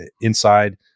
inside